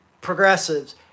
progressives